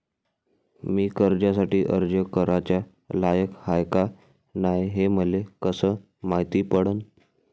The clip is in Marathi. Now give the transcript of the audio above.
मी कर्जासाठी अर्ज कराचा लायक हाय का नाय हे मले कसं मायती पडन?